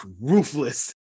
ruthless